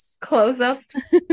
close-ups